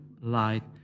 light